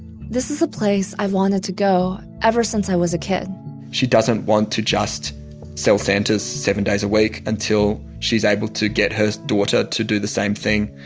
this is a place i've wanted to go ever since i was a kid she doesn't want to just sell santas seven days a week until she's able to get her daughter to do the same thing,